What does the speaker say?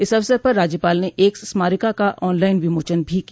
इस अवसर पर राज्यपाल ने एक स्मारिका का ऑनलाइन विमोचन भी किया